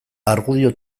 argudio